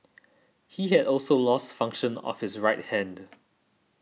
he had also lost function of his right hand